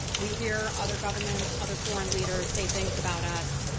we hear other governments, other foreign leaders say things about us,